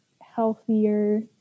healthier